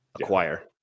acquire